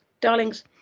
Darlings